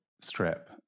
strip